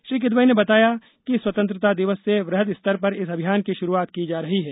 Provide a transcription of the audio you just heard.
श्री किदवई ने बताया कि स्वतंत्रता दिवस से वृहद स्तर पर इस अभियान की शुरूआत की जा रही है